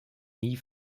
nie